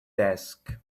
desk